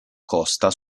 costa